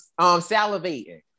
salivating